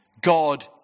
God